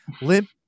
Limp